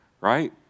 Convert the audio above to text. right